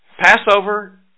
Passover